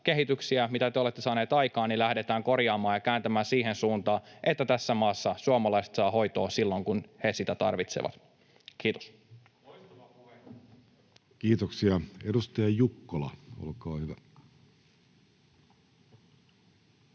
mitä te olette saaneet aikaan, lähdetään korjaamaan ja kääntämään siihen suuntaan, että tässä maassa suomalaiset saavat hoitoa silloin, kun he sitä tarvitsevat. — Kiitos. [Speech 260] Speaker: